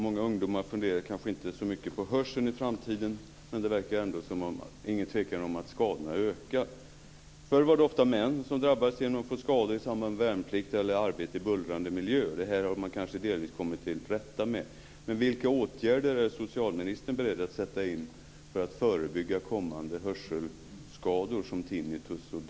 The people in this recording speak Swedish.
Många ungdomar funderar kanske inte så mycket på hörseln i framtiden, men det är ändå ingen tvekan om att skadorna ökar. Förr var det ofta män som drabbades och fick skador i samband med värnplikt eller arbete i bullrande miljö. Men det har man kanske delvis kommit till rätta med.